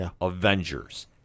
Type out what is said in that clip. Avengers